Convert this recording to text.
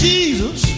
Jesus